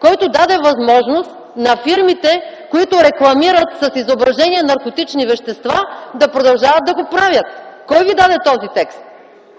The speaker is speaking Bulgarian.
който даде възможност на фирмите, които рекламират с изображение наркотични вещества, да продължават да го правят? Кой ви даде този текст?